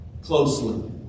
closely